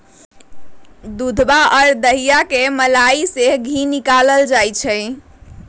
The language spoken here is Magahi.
दूधवा और दहीया के मलईया से धी निकाल्ल जाहई